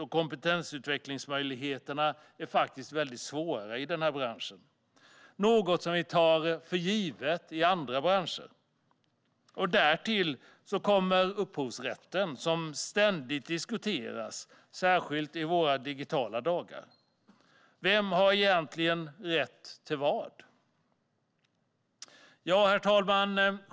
En sak som det också är väldigt svårt med i den här branschen är kompetensutvecklingsmöjligheterna, något som vi tar för givet i andra branscher. Därtill kommer upphovsrätten, som ständigt diskuteras, särskilt i våra digitala dagar. Vem har egentligen rätt till vad? Herr talman!